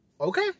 okay